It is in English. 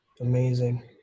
Amazing